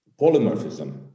polymorphism